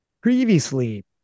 previously